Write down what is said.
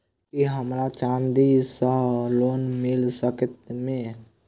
की हमरा चांदी सअ लोन मिल सकैत मे?